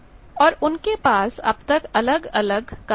और उनके पास अब तक अलग अलग कार्य हैं